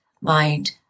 mind